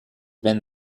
been